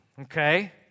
okay